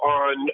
on